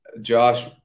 Josh